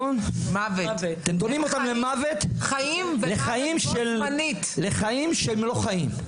אתם דנים אותם למוות ולחיים שהם לא חיים.